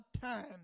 time